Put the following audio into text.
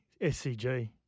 SCG